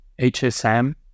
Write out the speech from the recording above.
HSM